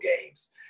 games